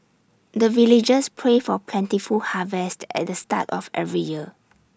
the villagers pray for plentiful harvest at the start of every year